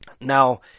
Now